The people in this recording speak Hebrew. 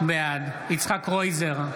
בעד יצחק קרויזר,